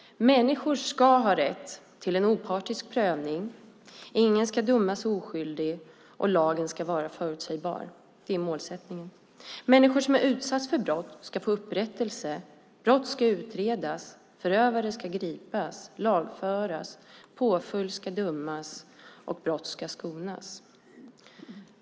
Människor ska ha rätt till en opartisk prövning. Ingen ska dömas oskyldig, och lagen ska vara förutsägbar. Det är målsättningen. Människor som har utsatts för brott ska få upprättelse, brott ska utredas, förövare gripas, lagföras, påföljd utdömas och brott ska sonas.